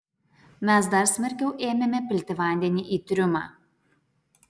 mes dar smarkiau ėmėme pilti vandenį į triumą